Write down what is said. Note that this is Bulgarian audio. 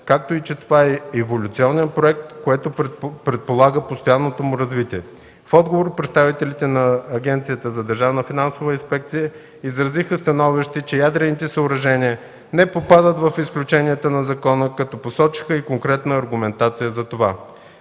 както и че това е еволюционен проект, което предполага постоянното му развитие. В отговор представителите на Агенцията за държавна финансова инспекция изразиха становище, че ядрените съоръжения не попадат в изключенията на закона, като посочиха и конкретна аргументация за това.